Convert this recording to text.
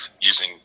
using